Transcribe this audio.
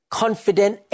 confident